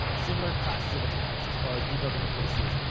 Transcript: similar classes of attacks, as far as debug interfaces.